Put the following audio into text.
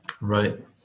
Right